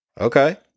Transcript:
Okay